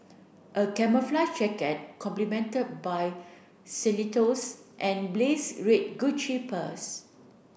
a camouflage jacket complemented by and blaze red Gucci purse